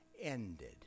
ended